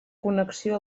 connexió